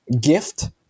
gift